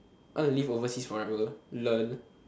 I want to live overseas forever lol